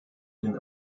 den